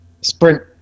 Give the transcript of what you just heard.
sprint